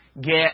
get